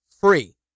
free